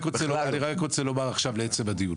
לעצם הדיון.